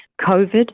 COVID